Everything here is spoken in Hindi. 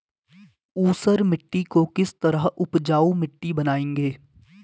ऊसर मिट्टी को किस तरह उपजाऊ मिट्टी बनाएंगे?